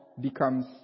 becomes